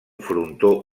frontó